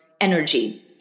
energy